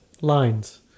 lines